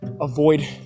avoid